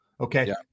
Okay